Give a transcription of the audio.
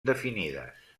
definides